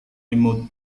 imut